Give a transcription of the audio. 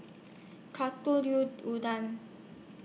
Unadon